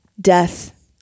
death